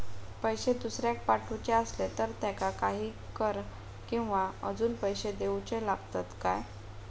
पैशे दुसऱ्याक पाठवूचे आसले तर त्याका काही कर किवा अजून पैशे देऊचे लागतत काय?